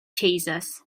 chasers